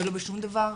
ולא בשום דבר.